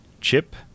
chip